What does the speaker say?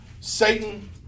Satan